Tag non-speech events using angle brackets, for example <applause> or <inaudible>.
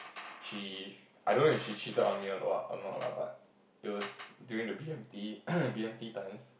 she I don't know if she cheated on me or not or not lah but it was during the B_M_T <noise> B_M_T times